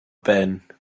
ben